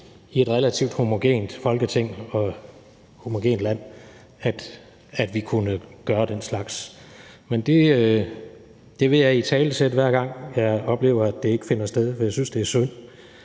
i et relativt homogent Folketing og homogent land, at vi kunne gøre den slags. Men det vil jeg italesætte, hver gang jeg oplever, at det ikke finder sted. For jeg synes, det er synd,